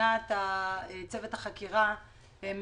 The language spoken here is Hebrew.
שמבחינת צוות החקירה הם